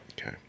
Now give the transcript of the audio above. Okay